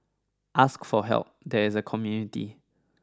ask for help there is a community